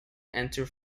enter